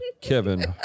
Kevin